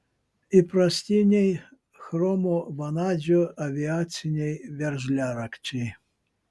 įprastiniai chromo vanadžio aviaciniai veržliarakčiai